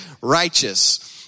Righteous